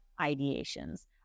ideations